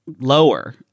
lower